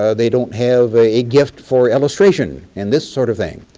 ah they don't have a gift for illustration and this sort of thing.